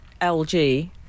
LG